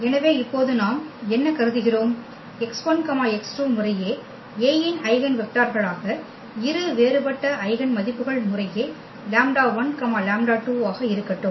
எனவே இப்போது நாம் என்ன கருதுகிறோம் x1 x2 முறையே A இன் ஐகென் வெக்டர்களாக இரு வேறுபட்ட ஐகென் மதிப்புக்கள் முறையே λ1 λ2 ஆக இருக்கட்டும்